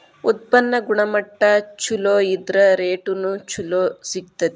ಉತ್ಪನ್ನ ಗುಣಮಟ್ಟಾ ಚುಲೊ ಇದ್ರ ರೇಟುನು ಚುಲೊ ಸಿಗ್ತತಿ